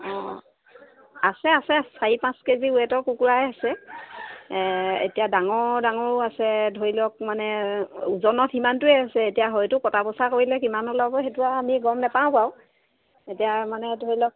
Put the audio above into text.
অঁ আছে আছে চাৰি পাঁচ কেজি ৱেটৰ কুকুৰাই আছে এতিয়া ডাঙৰ ডাঙৰো আছে ধৰি লওক মানে ওজনত সিমানটোৱে আছে এতিয়া হয়টো কটা বচা কৰিলে কিমান ওলাব সেইটো আৰু আমি গম নাপাওঁ বাৰু এতিয়া মানে ধৰি লওক